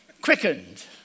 Quickened